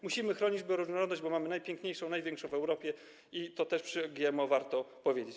Musimy chronić bioróżnorodność, bo mamy najpiękniejszą, największą w Europie, i to też przy GMO warto powiedzieć.